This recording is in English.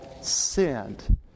sinned